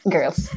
Girls